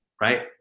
right